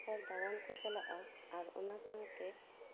ᱦᱚᱲ ᱫᱟᱬᱟᱱ ᱠᱚ ᱪᱟᱞᱟᱜᱼᱟ ᱟᱨ ᱚᱱᱟ ᱥᱟᱶᱛᱮ